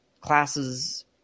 classes